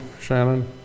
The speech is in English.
Shannon